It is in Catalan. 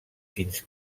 fins